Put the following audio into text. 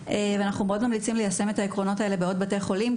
אנחנו מאוד ממליצים ליישם את העקרונות האלה בעוד בתי חולים,